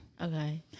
Okay